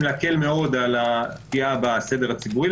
להקל מאוד על הפגיעה בסדר הציבורי,